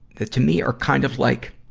that, to me, are kind of like,